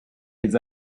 his